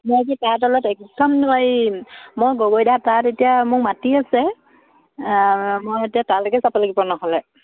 মই যে তাৰ তলত একদম নোৱাৰিম মই গগৈ দা তাত এতিয়া মোক মাতি আছে মই এতিয়া তালৈকে চাব লাগিব নহ'লে